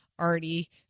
already